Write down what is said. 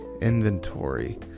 inventory